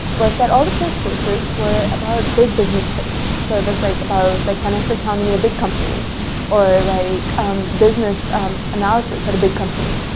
was that all the four courses were about big business things. so that's like, about like financial accounting the and big company or like um business analysis at a big company.